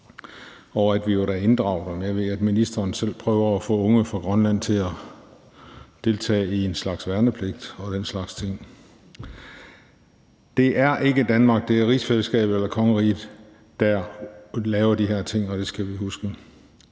Og nu ved jeg, at ministeren selv prøver at få unge fra Grønland til at deltage i en slags værnepligt og den slags ting. Det er ikke Danmark, det er rigsfællesskabet eller kongeriget, der laver de her ting, og det skal vi huske.